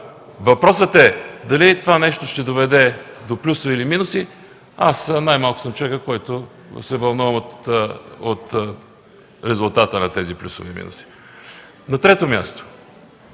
Въпросът е дали това нещо ще доведе до плюсове или минуси. Аз най-малко съм човекът, който се вълнува от резултата на тези плюсове и минуси. На трето място,